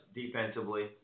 defensively